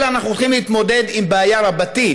אלא אנחנו הולכים להתמודד עם בעיה רבתי,